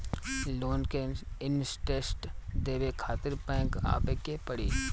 Loan के interest देवे खातिर बैंक आवे के पड़ी?